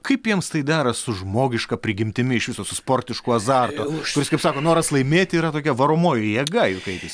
kaip jiems tai dera su žmogiška prigimtimi iš viso su sportišku azartu kuris kaip sako noras laimėti yra tokia varomoji jėga juk eiti į